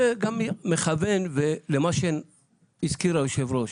זה גם מכוון למה שהזכיר היושב-ראש.